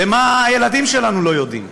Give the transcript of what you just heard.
למה שהילדים שלנו לא יודעים,